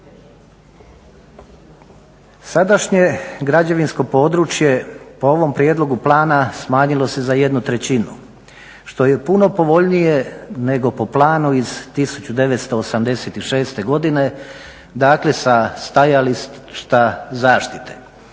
Sadašnje građevinsko područje po ovom prijedlogu plana smanjilo se za 1/3 što je puno povoljnije nego po planu iz 1986. godine dakle sa stajališta zaštite.